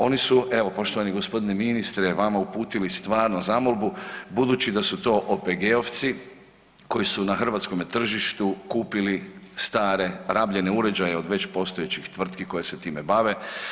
Oni su evo poštovani gospodine ministre vama uputili stvarno zamolbu budući da su to OPG-ovci koji su na hrvatskom tržištu kupili stare rabljene uređaje od već postojećih tvrtki koje time bave.